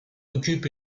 occupent